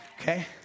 Okay